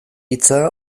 hitza